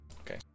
okay